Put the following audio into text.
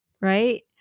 right